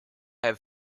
have